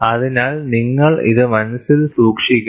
അതിനാൽ നിങ്ങൾ ഇത് മനസ്സിൽ സൂക്ഷിക്കണം